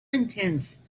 intense